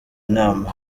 nama